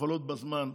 המכולות בזמן.